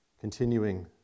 Continuing